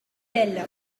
yale